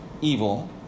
evil